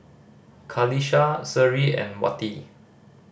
Qalisha Seri and Wati